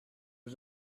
was